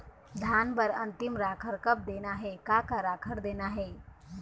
धान बर अन्तिम राखर कब देना हे, का का राखर देना हे?